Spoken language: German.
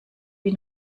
wie